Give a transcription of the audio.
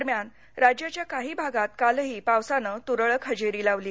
दरम्यान राज्याच्या काही भागात कालही पावसानं तुरळक हजेरी लावली